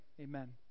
amen